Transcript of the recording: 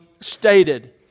stated